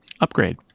Upgrade